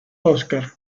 óscar